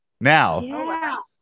Now